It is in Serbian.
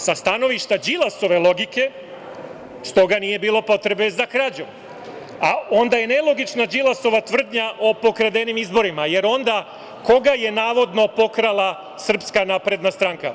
Sa stanovišta Đilasove logike, s toga nije bilo potrebe za krađom, a onda je nelogična Đilasova tvrdnja o pokradenim izborima jer onda koga je navodno pokrala SNS?